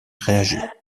réagit